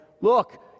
look